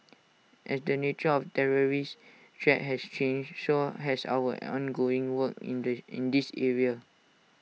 as the nature of terrorist threat has changed so has our ongoing work in the in this area